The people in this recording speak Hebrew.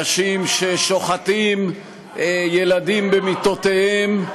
אתה עשית, אנשים ששוחטים ילדים במיטותיהם.